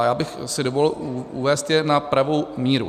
Já bych si dovolil uvést je na pravou míru.